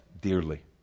dearly